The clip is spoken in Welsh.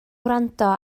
wrando